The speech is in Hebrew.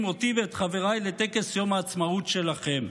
אותי ואת חבריי לטקס יום העצמאות שלכם.